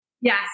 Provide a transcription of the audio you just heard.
Yes